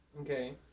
Okay